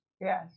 Yes